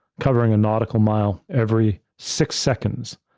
covering a nautical mile, every six seconds.